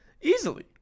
Easily